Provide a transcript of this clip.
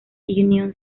union